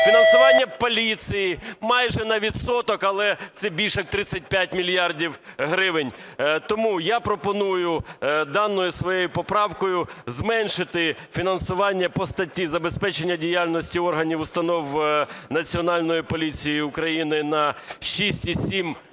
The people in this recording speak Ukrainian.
фінансування поліції – майже на 1 відсоток, але це більше як 35 мільярдів гривень. Тому я пропоную даною своєю поправкою зменшити фінансування по статті "Забезпечення діяльності органів та установ Національної поліції України" на 6,7 мільярда